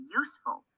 useful